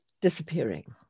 disappearing